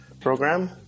program